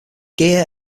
gear